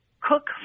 cook